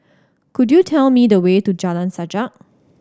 could you tell me the way to Jalan Sajak